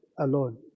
alone